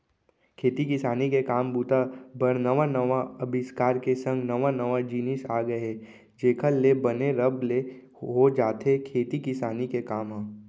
खेती किसानी के काम बूता बर नवा नवा अबिस्कार के संग नवा नवा जिनिस आ गय हे जेखर ले बने रब ले हो जाथे खेती किसानी के काम ह